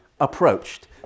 approached